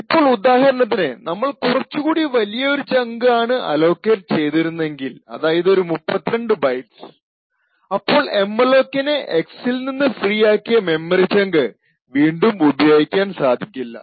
ഇപ്പോൾ ഉദാഹരണത്തിന് നമ്മൾ കുറച്ചുകൂടി വലിയ ചങ്ക് ആണ് അലൊക്കേറ്റ് ചെയ്തിരുന്നതെങ്കിൽ അതായതു ഒരു 32 ബൈറ്റ്സ് അപ്പോൾ എംഅലോകിന് X ൽ നിന്ന് ഫ്രീ ആക്കിയ മെമ്മറി ചങ്ക് വീണ്ടും ഉപയോഗിക്കാൻ സാധിക്കില്ല